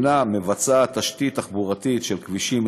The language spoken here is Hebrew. מבצעת תשתית תחבורתית של כבישים,